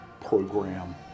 program